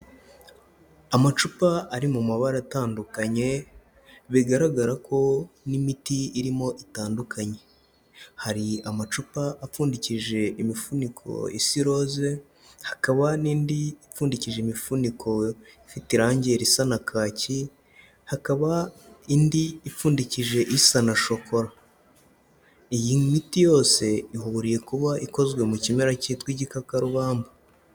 Amacupa ari mu mabara atandukanye, bigaragara ko n'imiti irimo itandukanye. Hari amacupa apfundikije imifuniko isa iroze, hakaba n'indi ipfundikije imifuniko ifite irangi risa na kacyi, hakaba indi ipfundikishije isa na shokora, iyi miti yose ihuriye kuba ikozwe mu kimera cyitwa igikakarubamba.